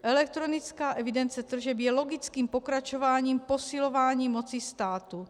Elektronická evidence tržeb je logickým pokračováním posilování moci státu.